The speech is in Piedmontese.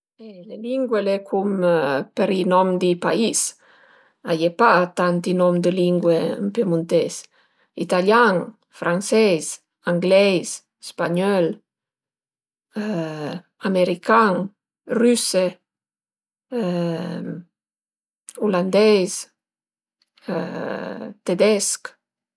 Le lingue al e cum për i nom di pais, a ie pa tanti nom dë lingue ën piemunteis, italian, franses, angleis, spagnöl american, rüse ulandeis tedesch